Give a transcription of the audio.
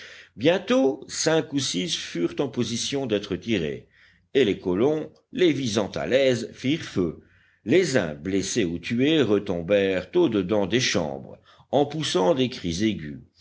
bientôt cinq ou six furent en position d'être tirés et les colons les visant à l'aise firent feu les uns blessés ou tués retombèrent au dedans des chambres en poussant des cris aigus